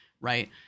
right